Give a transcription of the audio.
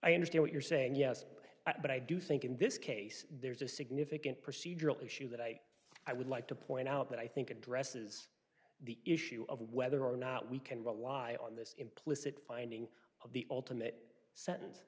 i understand what you're saying yes but i do think in this case there's a significant procedural issue that i i would like to point out that i think addresses the issue of whether or not we can rely on this implicit finding of the ultimate sentence